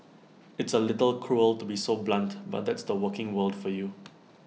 it's A little cruel to be so blunt but that's the working world for you